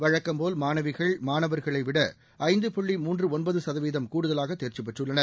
வழக்கம்போல் மாணவிகள் மாணவர்களைவிட ஐந்து புள்ளி மூன்று ஒன்பது சதவீதம் கூடுதலாக தேர்ச்சி பெற்றுள்ளனர்